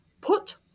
put